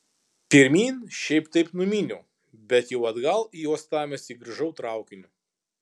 pirmyn šiaip taip numyniau bet jau atgal į uostamiestį grįžau traukiniu